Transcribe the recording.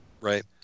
Right